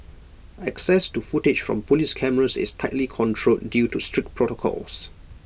access to footage from Police cameras is tightly controlled due to strict protocols